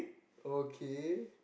okay